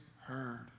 heard